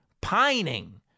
pining